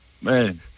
Man